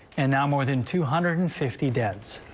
and now more than two hundred and fifty deaths.